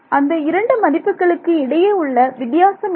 அந்த இரண்டு மதிப்புகளைக்கு இடையே உள்ள வித்தியாசம் என்ன